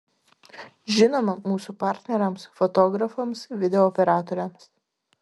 žinoma mūsų partneriams fotografams video operatoriams